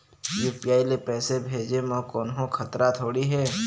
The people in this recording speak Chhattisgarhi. यू.पी.आई ले पैसे भेजे म कोन्हो खतरा थोड़ी हे?